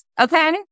okay